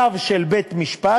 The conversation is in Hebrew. צו של בית-משפט,